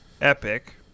Epic